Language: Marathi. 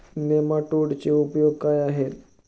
नेमाटोडचे उपयोग काय आहेत?